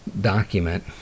document